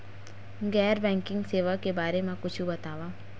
गैर बैंकिंग सेवा के बारे म कुछु बतावव?